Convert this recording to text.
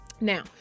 Now